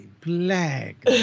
black